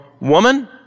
woman